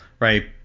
right